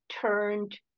turned